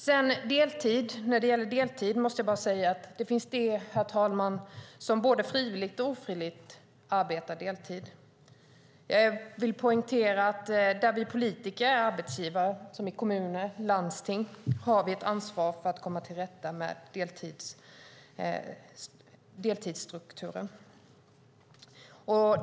Det finns både de som arbetar deltid frivilligt och de som arbetar deltid ofrivilligt. Där vi politiker är arbetsgivare - i kommuner och landsting - har vi ett ansvar för att komma till rätta med deltidsstrukturen.